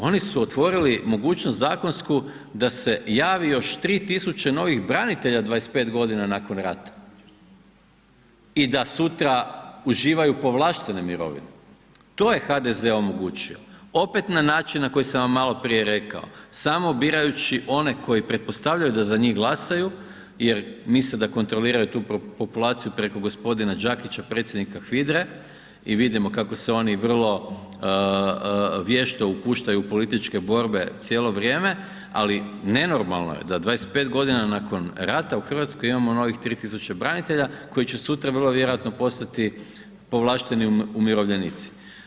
Oni su otvorili mogućnost zakonsku da se javi još 3000 novih branitelja 25.g. nakon rata i da sutra uživaju povlaštene mirovine, to je HDZ omogućio, opet na način na koji sam vam maloprije rekao, samo birajući one koji pretpostavljaju da za njih glasaju jer misle da kontroliraju tu populaciju preko g. Đakića, predsjednika HVIDR-e i vidimo kako se oni vrlo vješto upuštaju u političke borbe cijelo vrijeme, ali nenormalno je da 25.g. nakon rata u RH imamo novih 3000 branitelja koji će sutra vrlo vjerojatno postati povlašteni umirovljenici.